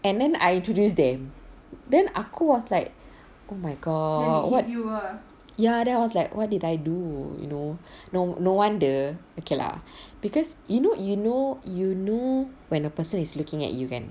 and then I introduce them then aku was like oh my god what ya then I was like what did I do you know no no wonder okay lah because you know you know you know when a person is looking at you kan